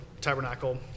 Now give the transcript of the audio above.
tabernacle